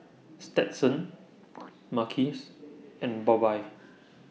Stetson Marques and Bobbye